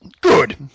Good